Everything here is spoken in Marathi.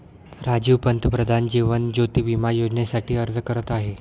राजीव पंतप्रधान जीवन ज्योती विमा योजनेसाठी अर्ज करत आहे